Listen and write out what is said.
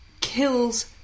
kills